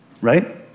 right